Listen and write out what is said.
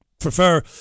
prefer